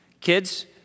Kids